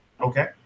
Okay